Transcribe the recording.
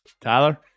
Tyler